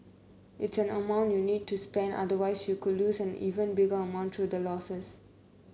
it's an amount you need to spend otherwise you could lose an even bigger amount through the losses